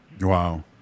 Wow